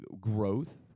growth